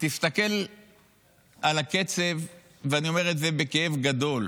תסתכל על הקצב, ואני אומר את זה בכאב גדול,